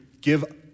give